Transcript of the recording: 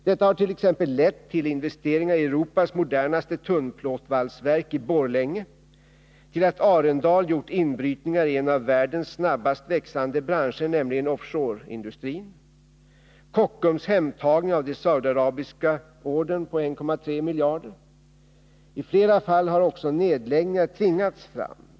Detta har lett till investeringar i Europas modernaste tunnplåtvalsverk i Borlänge, till att Arendal gjort inbrytningar i en av världens snabbast växande branscher, nämligen offshore-industrin. Vidare kan nämnas Kockums hemtagning av den saudiarabiska ordern på 1,3 miljarder kronor. I flera fall har också nedläggningar tvingats fram.